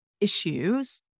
issues